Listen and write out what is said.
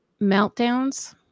Meltdowns